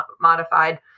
modified